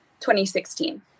2016